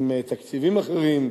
עם תקציבים אחרים,